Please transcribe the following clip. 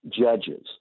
judges